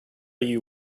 you